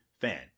fan